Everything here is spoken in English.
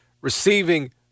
receiving